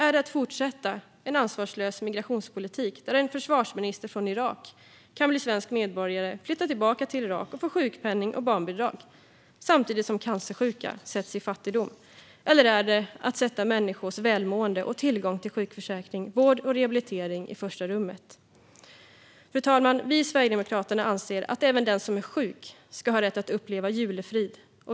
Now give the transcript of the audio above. Är det att fortsätta en ansvarslös migrationspolitik där en försvarsminister från Irak kan bli svensk medborgare, flytta tillbaka till Irak och få sjukpenning och barnbidrag, samtidigt som cancersjuka sätts i fattigdom? Eller är det att sätta människors välmående och tillgång till sjukförsäkring, vård och rehabilitering i första rummet? Fru talman! Vi i Sverigedemokraterna anser att även den som är sjuk ska ha rätt att uppleva julefrid.